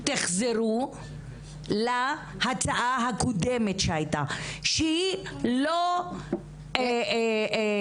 תחזרו להצעה הקודמת שהייתה, שהיא לא כוללת